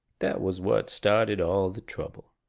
that was what started all the trouble.